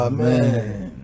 Amen